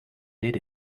did